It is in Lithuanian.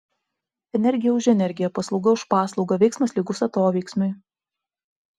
energija už energiją paslauga už paslaugą veiksmas lygus atoveiksmiui